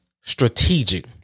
strategic